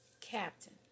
Captain